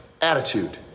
attitude